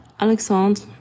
Alexandre